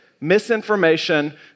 misinformation